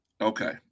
Okay